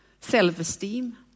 self-esteem